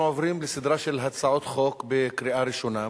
אנחנו עוברים לסדרה של הצעות חוק לקריאה ראשונה.